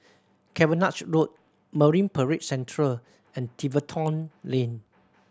Cavenagh Road Marine Parade Central and Tiverton Lane